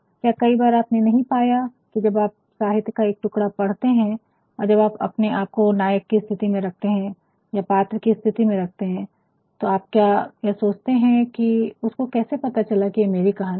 क्या कई बार आपने नहीं पाया है कि जब आप साहित्य का एक टुकड़ा पढ़ते हैं और जब आप अपने आप को नायक की स्थिति में रखते हैं या फिर पात्र की स्थिति में रखते हैं तो आप यह सोचते हैं कि उसको कैसे पता चला कि यह मेरी कहानी है